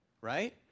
right